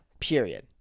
Period